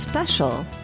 special